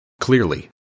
Clearly